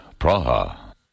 Praha